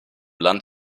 land